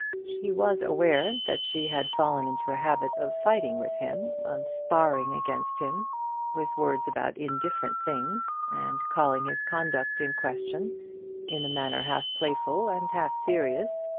she was aware that she had fallen into a habit of fighting with him, of sparring against him with words about indifferent things, and calling his conduct in question in a manner half playful and half serious.